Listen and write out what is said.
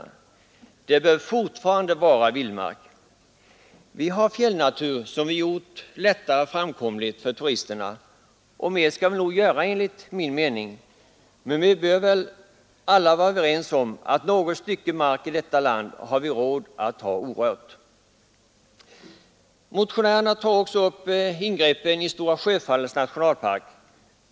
Det bör fortfarande vara en vildmark. Vi har fjällnatur som vi har gjort lättare framkomlig för turisterna, och mera bör vi enligt min mening göra i det avseendet. Men vi kan väl vara överens om att vi i detta land har råd att lämna något stycke land orört. Motionärerna tar också upp ingreppen i Stora Sjöfallets nationalpark.